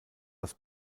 das